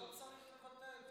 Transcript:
לא צריך לבטל,